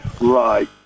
Right